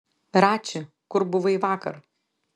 rači kur buvai vakar